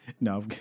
no